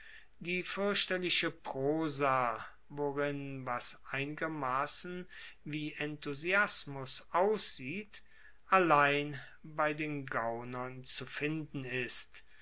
die fuerchterliche prosa worin was einigermassen wie enthusiasmus aussieht allein bei den gaunern zu finden ist